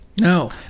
No